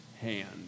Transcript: hand